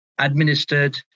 administered